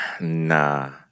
nah